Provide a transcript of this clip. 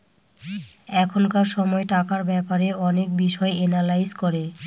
এখনকার সময় টাকার ব্যাপারে অনেক বিষয় এনালাইজ করে